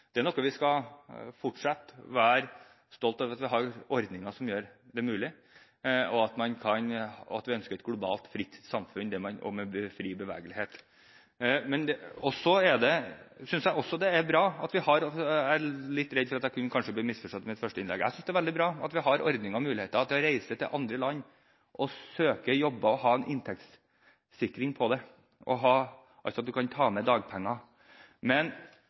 Vi skal være stolte over at vi har ordninger som gjør det mulig, og vi ønsker et globalt fritt samfunn med fri bevegelighet. Jeg er litt redd for at jeg kanskje kunne bli misforstått i mitt første innlegg: Jeg synes det er veldig bra at vi har ordninger og muligheter til å reise til andre land og søke jobb og ha en inntektssikring, altså at man kan ta med seg dagpenger. Men